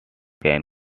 can